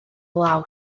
law